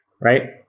right